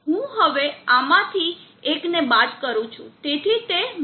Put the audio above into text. હું હવે આમાંથી એકને બાદ કરું છું તેથી તે 1 થી 1 થાય છે